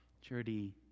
Charity